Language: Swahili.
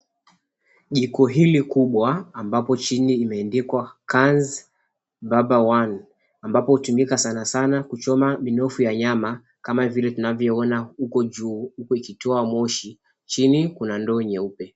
Jiko hili kubwa ambapo chini imeandikwa Kans Barber 1 ambapo hutumika sana sana kuchoma minofu ya nyama kama vile tunavyoona huko juu huku ikitoa moshi, chini kuna ndoo nyeupe.